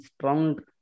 strong